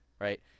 Right